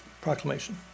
proclamation